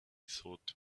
thought